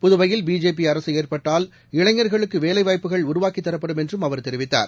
புதுவையில் பிஜேபிஅரசுஏற்பட்டால் இளைஞர்களுக்குவேலைவாய்ப்புகள் உருவாக்கித் தரப்படும் என்றும் அவர் தெரிவித்தார்